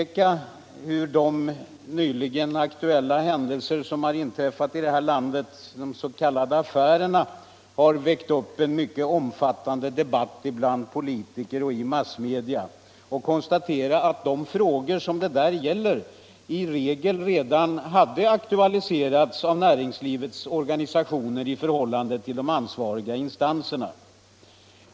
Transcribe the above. Jag kan ju som exempel peka på en del händelser som nyligen inträffat i landet, de s.k. affärerna, som har väckt en omfattande debatt bland politiker och i massmedia. Jag konstaterar att de frågor som de debatterna gäller i regel redan av näringslivets organisationer hade aktualiserats hos de ansvariga instanserna.